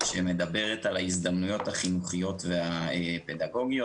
שמדברת על ההזדמנויות החינוכיות והפדגוגיות.